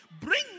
Bring